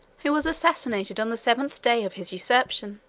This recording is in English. who was assassinated on the seventh day of his usurpation.